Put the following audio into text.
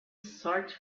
search